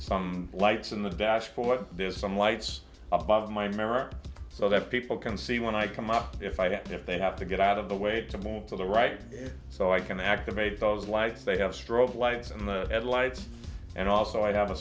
some lights in the dashboard there's some lights above my memory so that people can see when i come up if i don't if they have to get out of the way to move to the right so i can activate those lights they have strobe lights in the headlights and also i have a